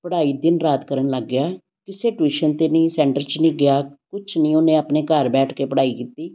ਪੜ੍ਹਾਈ ਦਿਨ ਰਾਤ ਕਰਨ ਲੱਗ ਗਿਆ ਕਿਸੇ ਟਿਊਸ਼ਨ 'ਤੇ ਨਹੀਂ ਸੈਂਟਰ 'ਚ ਨਹੀਂ ਗਿਆ ਕੁਛ ਨਹੀਂ ਉਹਨੇ ਆਪਣੇ ਘਰ ਬੈਠ ਕੇ ਪੜ੍ਹਾਈ ਕੀਤੀ